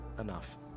enough